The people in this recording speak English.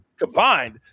combined